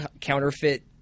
counterfeit